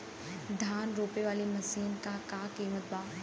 धान रोपे वाली मशीन क का कीमत बा?